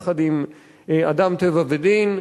יחד עם "אדם טבע ודין".